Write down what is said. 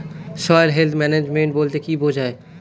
Soil health management বলতে কি বুঝায়?